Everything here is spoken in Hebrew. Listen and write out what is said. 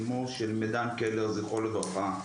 אימו של מידן קלר זכרו לברכה.